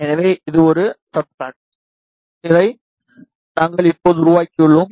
எனவே இது ஒரு சப்ஸ்ட்ரட் இதை நாங்கள் இப்போது உருவாக்கியுள்ளோம்